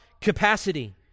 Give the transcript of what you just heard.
capacity